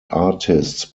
artists